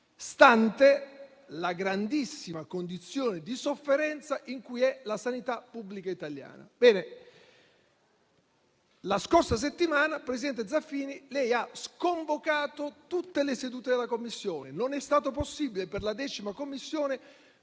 stante la grandissima condizione di sofferenza in cui si trova la sanità pubblica italiana. Bene, la scorsa settimana, presidente Zaffini, lei ha sconvocato tutte le sedute della Commissione. Non è stato possibile, per la 10a Commissione,